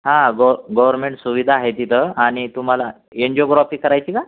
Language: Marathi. हां गो गोवरमेन्ट सुविधा आहेत इथं आणि तुम्हाला एन्जियोग्रोपी करायची का